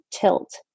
tilt